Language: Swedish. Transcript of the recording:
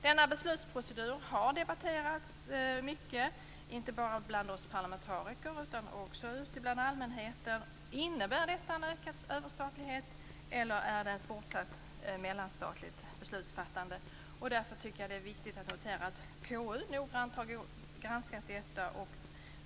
Denna beslutsprocedur har debatterats mycket, inte bara bland oss parlamentariker utan också från allmänhetens sida. Frågan är om den innebär en ökad överstatlighet eller ett fortsatt mellanstatligt beslutsfattande. Det är viktigt att notera att konstitutionsutskottet noggrant har granskat detta.